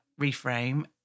reframe